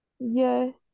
Yes